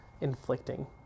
inflicting